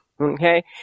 Okay